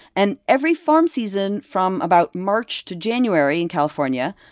and every farm season from about march to january in california,